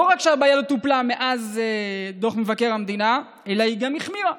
לא רק שהבעיה לא טופלה מאז דוח מבקר המדינה אלא היא גם החמירה.